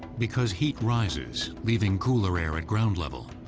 because heat rises, leaving cooler air at ground level,